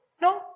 No